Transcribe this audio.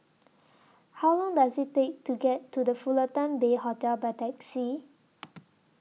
How Long Does IT Take to get to The Fullerton Bay Hotel By Taxi